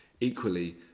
Equally